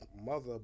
mother